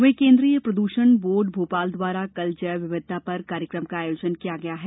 वहीं केन्द्रिय प्रदूषण बोर्ड भोपाल द्वारा कल जैव विविधता पर कार्यक्रम का आयोजन किया गया है